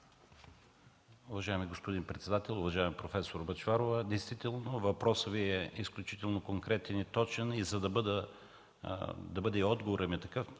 Уважаеми господин председател! Уважаема проф. Бъчварова, действително въпросът Ви е изключително конкретен и точен. За да бъде и отговорът ми такъв,